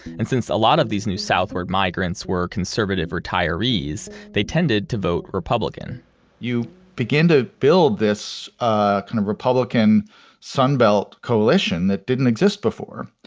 and since a lot of these new southward migrants were conservative retirees, they tended to vote republican you begin to build this ah kind of republican sun belt coalition that didn't exist before,